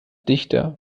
dichter